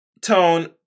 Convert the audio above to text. tone